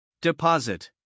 Deposit